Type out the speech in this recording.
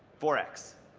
four x.